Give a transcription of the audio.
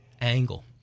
angle